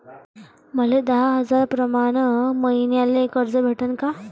मले दहा हजार प्रमाण मईन्याले कर्ज भेटन का?